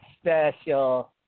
special